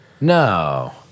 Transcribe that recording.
No